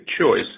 choice